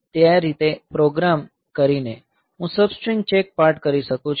તે રીતે આ પ્રોગ્રામ કરીને હું સબસ્ટ્રિંગ ચેક પાર્ટ કરી શકું છું